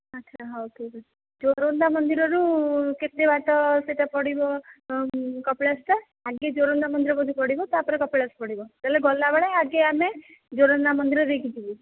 ଆଚ୍ଛା ହଉ ଠିକ୍ ଅଛି ଯୋରନ୍ଦା ମନ୍ଦିରରୁ କେତେ ବାଟ ସେଇଟା ପଡ଼ିବ କପିଳାସଟା ଆଗେ ଜୋରନ୍ଦା ମନ୍ଦିର ବୋଧେ ପଡ଼ିବ ତା'ପରେ କପିଳାସ ପଡ଼ିବ ତା'ହେଲେ ଗଲାବେଳେ ଆଗେ ଆମେ ଯୋରନ୍ଦା ମନ୍ଦିର ଦେଇକି ଯିବୁ